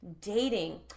dating